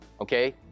Okay